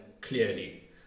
clearly